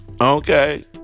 Okay